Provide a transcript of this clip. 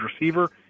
receiver